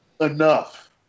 Enough